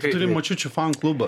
tu turi močiučių fan klubą